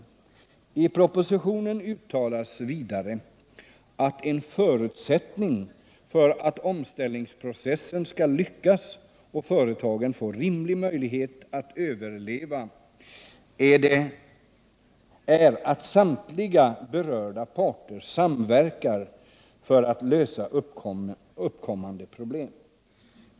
I propositionen uttalas vidare att en förutsättning för att omställningsprocessen skall lyckas och företagen få rimlig möjlighet att överleva är att samtliga berörda parter samverkar för att lösa uppkommande problem.